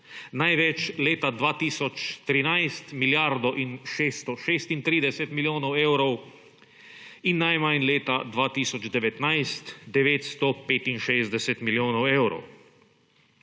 Največ leta 2013 milijardo in 636 milijonov evrov in najmanj leta 2019 965 milijonov evrov.